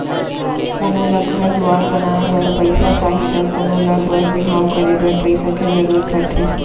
कोनो ल घर दुवार बनाए बर पइसा चाही त कोनों ल बर बिहाव करे बर पइसा के जरूरत परथे